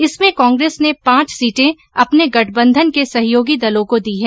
इसमें कांग्रेस ने पांच सीटें अपने गठबंधन के सहयोगी दलों को दी हैं